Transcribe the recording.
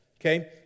okay